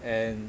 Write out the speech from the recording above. and